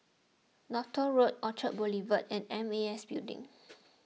Northolt Road Orchard Boulevard and M A S Building